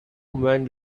went